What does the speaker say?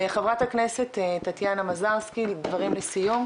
חברת הכנסת טטיאנה מזרסקי, דברים לסיום?